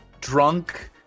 drunk